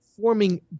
forming